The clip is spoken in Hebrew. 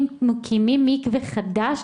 אם מקימים מקווה חדש,